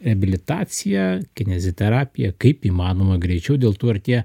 reabilitacija kineziterapija kaip įmanoma greičiau dėl to ar tie